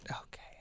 Okay